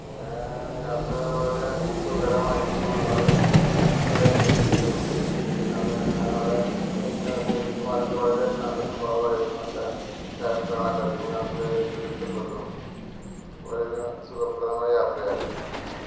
പിന്നെ യാത്ര വളരെ സുഖകരമായിരുന്നു അവിടെ അത് എൻജോയ് ചെയ്തു അവിടെ അവിടെ ഏജൻ്മാരൊക്കെ വളരെയധികം നല്ല സ്വഭാവമായിരുന്നു നല്ല ക്യാരക്റ്റർ ആണ് എല്ലാവർക്കും ഞങ്ങൾക്ക് എല്ലാവർക്കും ഇഷ്ടപ്പെട്ടു വളരെയധികം സുഖപ്രദമായ യാത്ര ആയിരുന്നു